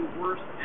worst